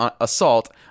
assault